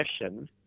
mission